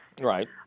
Right